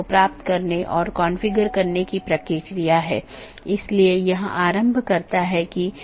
BGP चयन एक महत्वपूर्ण चीज है BGP एक पाथ वेक्टर प्रोटोकॉल है जैसा हमने चर्चा की